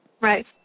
Right